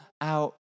out